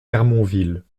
hermonville